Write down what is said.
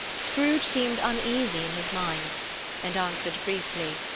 scrooge seemed uneasy in his mind and answered briefly,